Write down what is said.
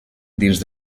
dins